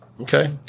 Okay